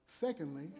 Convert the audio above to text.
Secondly